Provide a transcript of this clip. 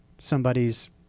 somebody's